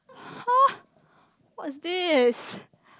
!huh! what's this